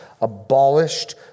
abolished